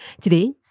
Today